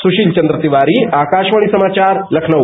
सुशील चन्द्र तिवारी आकाशवाणी समाचार लखनऊ